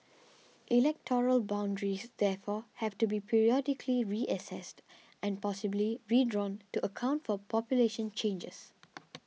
electoral boundaries therefore have to be periodically reassessed and possibly redrawn to account for population changes